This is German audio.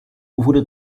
wurde